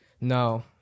No